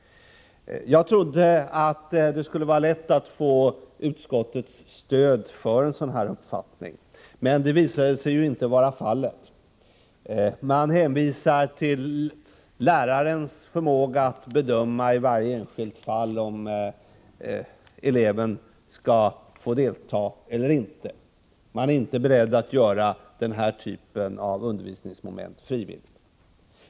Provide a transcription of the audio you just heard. Jag trodde att det skulle vara lätt att få utskottets stöd för en sådan här uppfattning, men så visade sig inte vara fallet. Utskottsmajoriteten hänvisar till lärarens förmåga att i varje enskilt fall bedöma om eleven skall delta eller inte. Utskottet är inte berett att göra den här typen av undervisningsmoment frivillig.